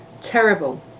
terrible